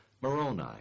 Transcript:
Moroni